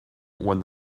when